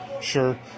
Sure